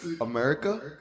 America